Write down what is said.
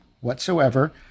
whatsoever